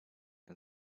and